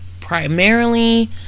primarily